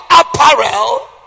apparel